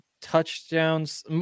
touchdowns